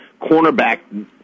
cornerback